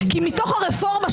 כי מתוך הרפורמה,